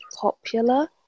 popular